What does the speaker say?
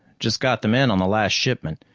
just got them in on the last shipment.